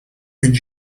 could